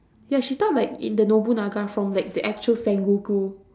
ya she thought like in the nobunaga from like the actual sengoku